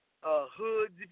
hoods